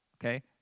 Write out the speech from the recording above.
okay